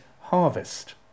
harvest